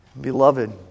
Beloved